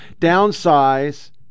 downsize